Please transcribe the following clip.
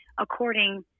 according